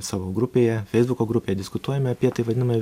savo grupėje feisbuko grupėje diskutuojame apie tai vadinamą